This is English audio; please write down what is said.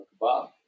kebab